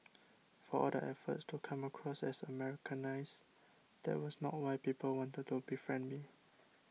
for all the efforts to come across as Americanised that was not why people wanted to befriend me